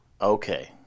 Okay